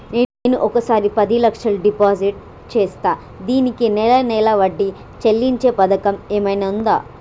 నేను ఒకేసారి పది లక్షలు డిపాజిట్ చేస్తా దీనికి నెల నెల వడ్డీ చెల్లించే పథకం ఏమైనుందా?